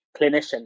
clinician